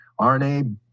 RNA